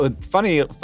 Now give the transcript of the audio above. funny